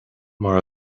mar